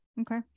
okay